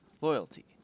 loyalty